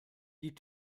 die